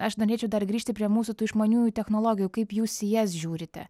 aš norėčiau dar grįžti prie mūsų tų išmaniųjų technologijų kaip jūs į jas žiūrite